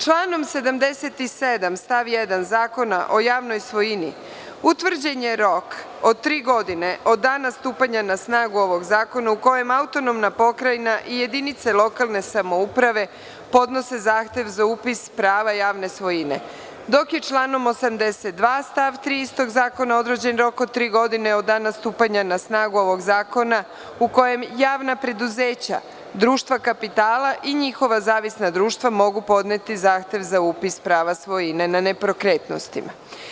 Članom 77. stav 1. Zakona o javnoj svojini utvrđen je rok od tri godine od dana stupanja na snagu ovog zakona kojim AP i jedinica lokalne samouprave podnose zahtev za upis prava javne svojine, dok je članom 82. stav 3. istog zakona određen rok od tri godine od dana stupanja na snagu ovog zakona u kojem javna preduzeća, društva kapitala i njihova zavisna društva mogu podneti zahtev za upis prava svojine na nepokretnostima.